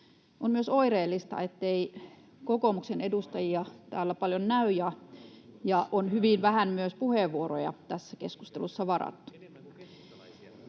On myös oireellista, ettei kokoomuksen edustajia täällä paljon näy ja on hyvin vähän myös puheenvuoroja tässä keskustelussa varattu.